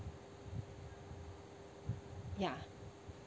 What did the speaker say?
ya